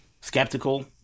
skeptical